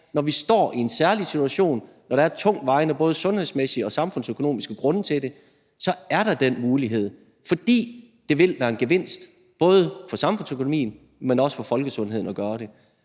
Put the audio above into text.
når vi står i en særlig situation, når der er tungtvejende både sundhedsmæssige og samfundsøkonomiske grunde til det, så er der den mulighed. For det vil være en gevinst både for samfundsøkonomien, men også for folkesundheden at gøre det.